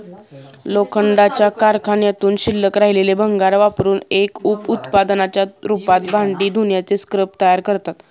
लोखंडाच्या कारखान्यातून शिल्लक राहिलेले भंगार वापरुन एक उप उत्पादनाच्या रूपात भांडी धुण्याचे स्क्रब तयार करतात